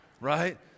right